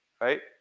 Right